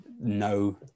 no